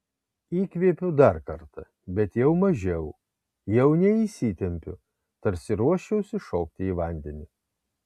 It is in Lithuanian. įkvėpiu dar kartą bet jau mažiau jau neįsitempiu tarsi ruoščiausi šokti į vandenį